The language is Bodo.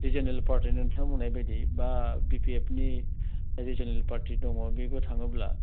रिजोनेल पार्टिनि नोंथाङा बुंनाय बायदि बा बि पि एफ नि रिजोनेल पार्टि दङ बेबो थाङोब्ला